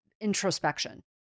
introspection